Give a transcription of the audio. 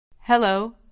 Hello